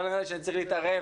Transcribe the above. לא נראה לי שצריך להתערב